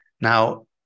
Now